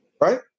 Right